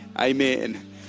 amen